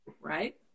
right